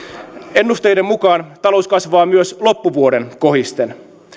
ennusteiden mukaan talous kasvaa myös loppuvuoden kohisten